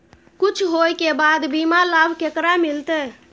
कुछ होय के बाद बीमा लाभ केकरा मिलते?